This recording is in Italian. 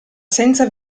senza